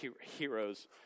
heroes